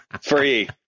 Free